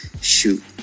Shoot